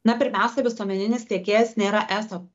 na pirmiausia visuomeninis tiekėjas nėra eso